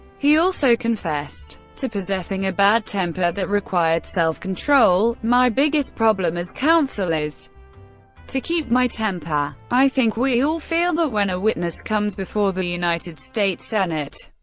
he also confessed to possessing a bad temper that required self-control my biggest problem as counsel is to keep my temper. i think we all feel that when a witness comes before the united states senate,